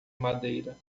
madeira